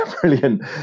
brilliant